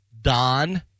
Don